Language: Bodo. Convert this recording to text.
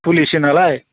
फुलिसोनालाय